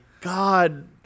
God